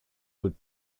would